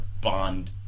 bond